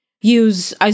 use